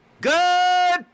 good